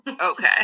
Okay